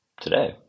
today